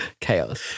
Chaos